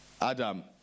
Adam